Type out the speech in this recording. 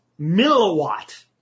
milliwatt